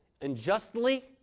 unjustly